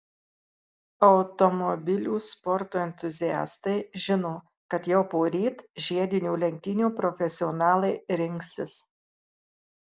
automobilių sporto entuziastai žino kad jau poryt žiedinių lenktynių profesionalai rinksis